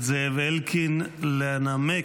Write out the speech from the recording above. ואני מתכבד להזמין כעת את חבר הכנסת זאב אלקין לנמק